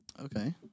Okay